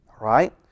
right